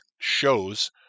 shows